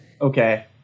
Okay